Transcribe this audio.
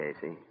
Casey